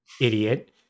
Idiot